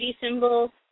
symbol